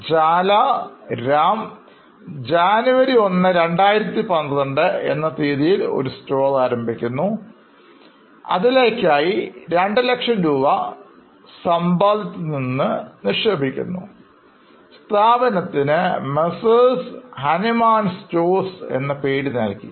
Jala Ram 1st January 2012എന്ന തീയതിയിൽ ഒരു സ്റ്റോർ ആരംഭിക്കുന്നു അതിലേക്കായി 200000രൂപ സമ്പാദ്യത്തിൽ നിന്നും നിക്ഷേപിക്കുന്നു സ്ഥാപനത്തിന് Messrs Hanuman Stores എന്ന പേര് നൽകി